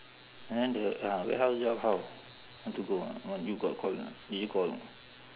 then the ah warehouse job how want to go or not want you got call or not did you call or not